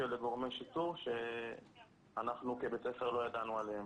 להתנהל כסדרו, אנחנו לא נשתוק.